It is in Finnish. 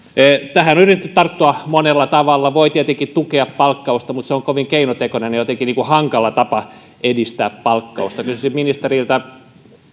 tähän on yritetty tarttua monella tavalla voi tietenkin tukea palkkausta mutta se on kovin keinotekoinen ja jotenkin hankala tapa edistää palkkausta kysyisin ministeriltä